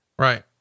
Right